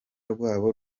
rwabo